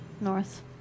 north